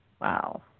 Wow